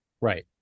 Right